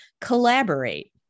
Collaborate